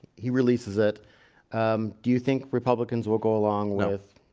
he releases it do you think republicans will go along with?